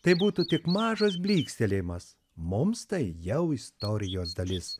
tai būtų tik mažas blykstelėjimas mums tai jau istorijos dalis